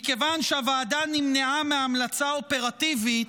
מכיוון שהוועדה נמנעה מההמלצה האופרטיבית,